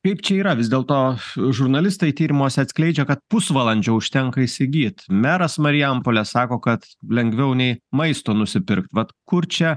kaip čia yra vis dėlto žurnalistai tyrimuose atskleidžia kad pusvalandžio užtenka įsigyt meras marijampolės sako kad lengviau nei maisto nusipirkt vat kur čia